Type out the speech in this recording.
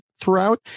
throughout